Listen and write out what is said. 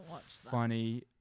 funny